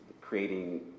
creating